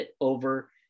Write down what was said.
over